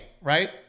right